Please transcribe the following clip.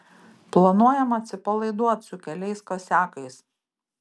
planuojam atsipalaiduot su keliais kasiakais